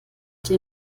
die